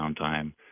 downtime